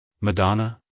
Madonna